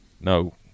No